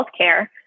healthcare